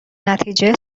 نتیجه